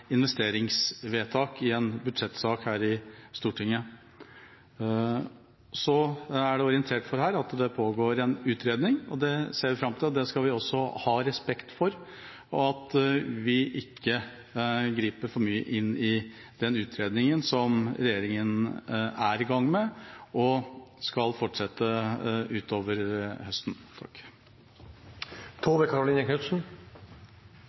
investeringsvedtak i en budsjettsak her i Stortinget. Så er det orientert om at det pågår en utredning. Det ser vi fram til, og det skal vi også ha respekt for – at vi ikke griper for mye inn i den utredningen som regjeringa er i gang med og skal fortsette med utover høsten.